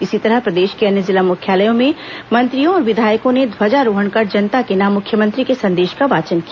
इसी तरह प्रदेश के अन्य जिला मुख्यालयों में मंत्रियों और विधायकों ने ध्वजारोहण कर जनता के नाम मुख्यमंत्री के संदेश का वाचन किया